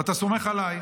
ושאתה סומך עליי.